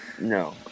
No